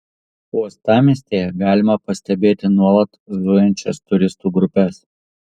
uostamiestyje galima pastebėti nuolat zujančias turistų grupes